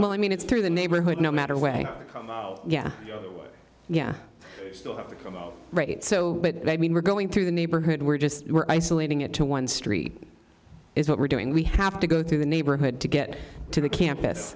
well i mean it's through the neighborhood no matter way yeah yeah right so i mean we're going through the neighborhood we're just we're isolating it to one street is what we're doing we have to go through the neighborhood to get to the campus